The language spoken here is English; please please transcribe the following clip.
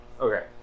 Okay